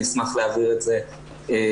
אני אשמח להעביר את זה מסודר.